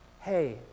Hey